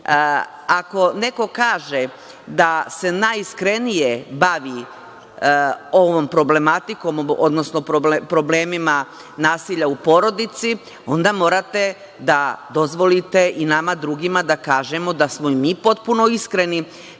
Ako neko kaže da se najiskrenije bavi ovom problematikom, odnosno problemima nasilja u porodici, onda morate da dozvolite i nama drugima da kažemo da smo i mi potpuno iskreni